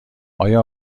آیا